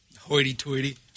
Hoity-toity